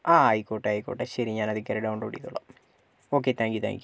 ആ ആയിക്കോട്ടെ ആയിക്കോട്ടെ ശരി ഞാനതിൽ കയറി ഡൗൺലോഡ് ചെയ്തോളാം okay thank you thank U